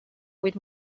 vuit